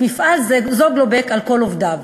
מפעל "זוגלובק" על כל עובדיו?